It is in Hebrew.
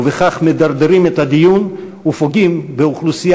ובכך מדרדרים את הדיון ופוגעים באוכלוסייה